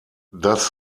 das